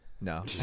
No